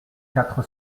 quatre